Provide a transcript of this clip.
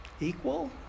equal